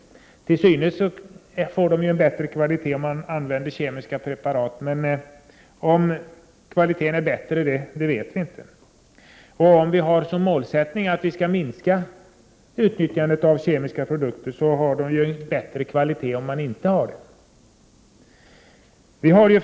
Till synes får ju produkterna en bättre kvalitet, om man använder kemiska preparat, men vi vet ju inte om kvaliteten verkligen är bättre. Om målsättningen är att minska utnyttjandet av kemiska preparat, så är ju kvaliteten bättre om man inte använt sådana preparat.